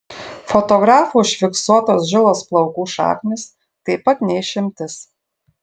fotografų užfiksuotos žilos plaukų šaknys taip pat ne išimtis